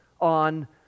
on